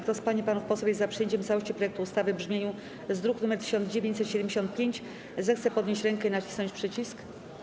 Kto z pań i panów posłów jest za przyjęciem w całości projektu ustawy w brzmieniu z druku nr 1975, zechce podnieść rękę i nacisnąć przycisk.